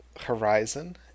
horizon